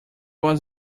was